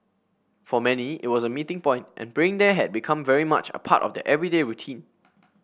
for many it was a meeting point and praying there had become very much a part of their everyday routine